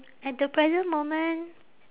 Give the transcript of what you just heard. at the present moment